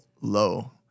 low